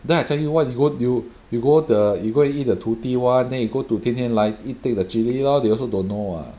then I tell you [what] you go you you go the you go and eat the 徒弟 [one] then you go to 天天来 take the chilli lor they also don't know